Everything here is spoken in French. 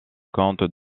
comtes